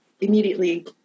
immediately